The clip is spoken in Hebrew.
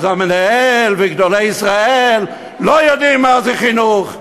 המנהל וגדולי ישראל לא יודעים מה זה חינוך.